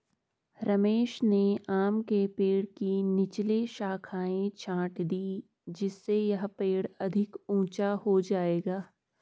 रमेश ने आम के पेड़ की निचली शाखाएं छाँट दीं जिससे यह पेड़ अधिक ऊंचा हो जाएगा